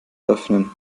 öffnen